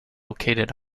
located